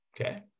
okay